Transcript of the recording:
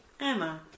Emma